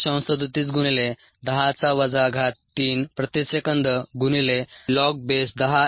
3710 3s 1 log10 1286